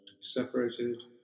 separated